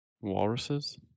Walruses